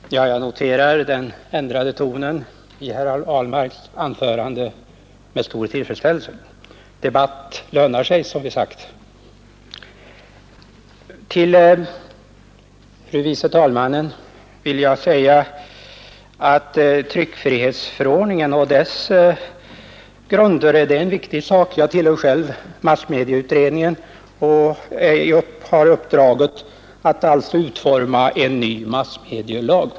Herr talman! Jag noterar den ändrade tonen i herr Ahlmarks andra inlägg med stor tillfredsställelse. Debatt lönar sig, som det är sagt. Till fru andre vice talmannen vill jag säga att tryckfrihetsförordningen och dess grunder är en viktig sak. Jag tillhör själv massmedieutredningen och har alltså uppdrag att utforma en ny massmedielag.